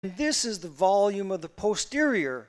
This is the volume of the posterior.